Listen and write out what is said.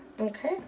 okay